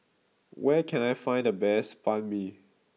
where can I find the best Banh Mi